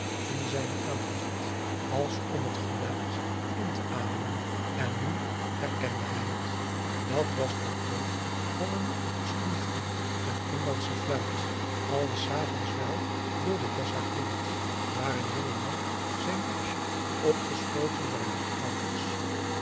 in zijne aandacht als om het geluid in te ademen en nu herkende hij het dat was de toon van een soelingan een inlandsche fluit als des avonds wel door de dessa klinkt waar een jonge man zijn meisje opgesloten bij haar ouders